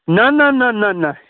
نہَ نہَ نہَ نہَ نہَ